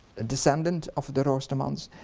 descendent of the roostermans,